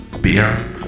beer